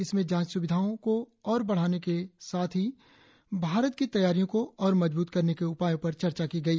इसमें जांच स्विधाओं को और बढ़ाने के साथ ही भारत की तैयारियों को और मजबूत करने के उपायों पर चर्चा गई